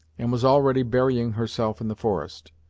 and was already burying herself in the forest.